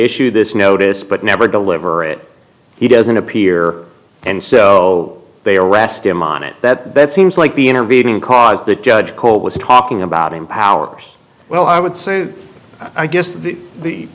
issue this notice but never deliver it he doesn't appear and so they arrest him on it that that seems like the intervening cause the judge cole was talking about in powers well i would say i guess the the